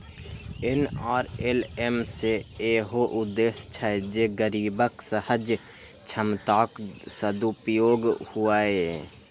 NRLM के इहो उद्देश्य छै जे गरीबक सहज क्षमताक सदुपयोग हुअय